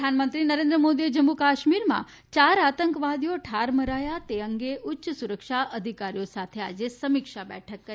PM પાક પ્રધાનમંત્રી નરેન્દ્ર મોદીએ જમ્મુ કાશ્મીરમાં ચાર આતંકવાદીઓ ઠાર મરાયા તે અંગે ઉચ્ય સુરક્ષા અધિકારીઓ સાથે આજે સમીક્ષા બેઠક કરી